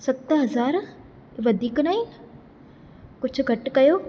सत हज़ार वधीक न आहिनि कुझु घटि कयो